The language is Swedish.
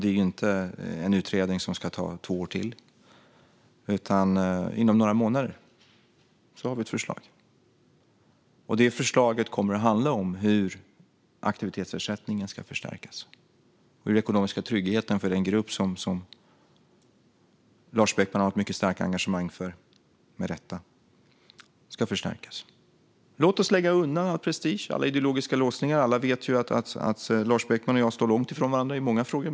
Det är inte en utredning som ska ta två år till, utan inom några månader har vi ett förslag. Det förslaget kommer att handla om hur aktivitetsersättningen ska förstärkas och hur den ekonomiska tryggheten för den grupp som Lars Beckman med rätta har ett mycket starkt engagemang för ska förstärkas. Låt oss lägga undan all prestige och alla ideologiska låsningar. Alla vet att Lars Beckman och jag står långt ifrån varandra i många frågor.